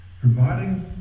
Providing